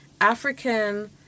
African